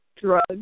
drugs